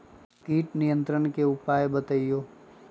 किट नियंत्रण के उपाय बतइयो?